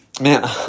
Man